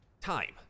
time